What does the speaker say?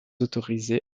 autorisé